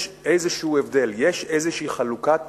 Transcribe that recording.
יש איזה הבדל, יש איזו חלוקת תפקידים,